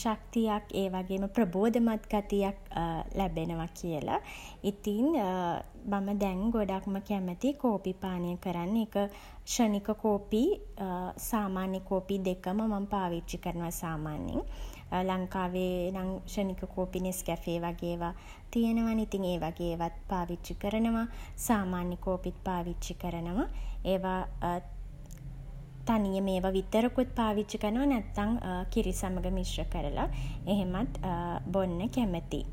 ශක්තියක් ඒ වගේම ප්‍රබෝධමත් ගතියක් ලැබෙනවා කියලා. ඉතින් මම දැන් ගොඩක්ම කැමති කෝපි පානය කරන්න. ඒක ක්ෂණික කෝපියි සාමාන්‍ය කෝපියි දෙකම මම පාවිච්චි කරනවා සාමාන්‍යයෙන්. ලංකාවේ නම් ක්ෂණික කෝපි නෙස්කැෆේ වගේ ඒවා තියෙනවනේ. ඉතින් ඒ වගේ ඒවත් පාවිච්චි කරනවා. සාමාන්‍ය කෝපිත් පාවිච්චි කරනවා. ඒවා තනියම ඒවා විතරකුත් පාවිච්චි කරනවා. නැත්තම් කිරි සමඟ මිශ්‍ර කරලා එහෙමත් බොන්න කැමතියි.